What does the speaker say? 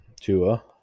Tua